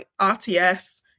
RTS